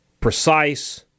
precise